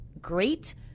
great